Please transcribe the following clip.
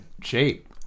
shape